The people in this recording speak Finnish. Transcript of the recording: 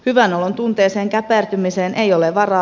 hyvän olon tunteeseen käpertymiseen ei ole varaa